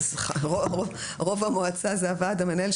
אז רוב המועצה זה הוועד המנהל,